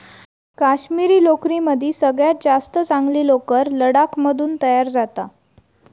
काश्मिरी लोकरीमदी सगळ्यात जास्त चांगली लोकर लडाख मधून तयार जाता